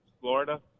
Florida